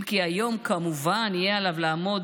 אם כי היום כמובן יהיה עליו לעמוד